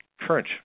current